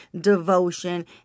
devotion